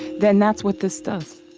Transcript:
then that's what this stuff